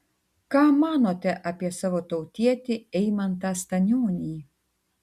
ką manote apie savo tautietį eimantą stanionį